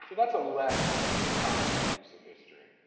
that's a less charming use of history.